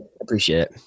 appreciate